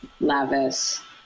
Lavis